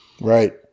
Right